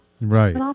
Right